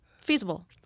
feasible